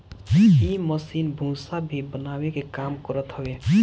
इ मशीन भूसा भी बनावे के काम करत हवे